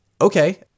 okay